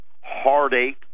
heartache